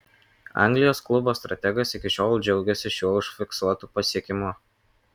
anglijos klubo strategas iki šiol džiaugiasi šiuo užfiksuotu pasiekimu